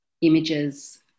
images